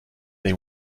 they